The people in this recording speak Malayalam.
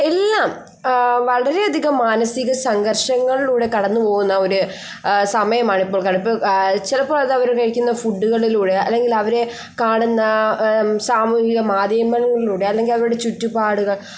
എല്ലാം വളരെ അധികം മാനസിക സംഘർഷങ്ങളിലൂടെ കടന്നുപോകുന്ന ഒരു സമയമാണിപ്പോൾ ചിലപ്പോൾ അത് അവർ കഴിക്കുന്ന ഫുഡുകളിലൂടെ അല്ലെങ്കിൽ അവർ കാണുന്ന സാമൂഹിക മാധ്യമങ്ങളിലൂടെ അല്ലെങ്കിൽ അവരുടെ ചുറ്റുപാടുകൾ